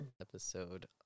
episode